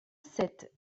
sept